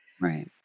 Right